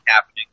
happening